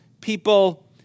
people